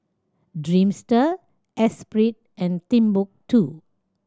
Dreamster Esprit and Timbuk Two